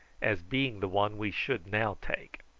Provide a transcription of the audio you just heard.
as being the one we should now take.